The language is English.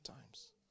times